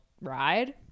ride